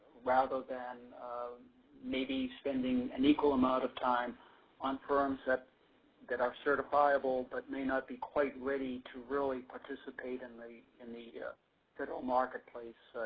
rather than maybe spending an equal amount of time on firms that that are certifiable but may not be quite ready to really participate in the in the ah federal marketplace.